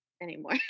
anymore